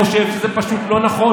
אני חושב שזה פשוט לא נכון.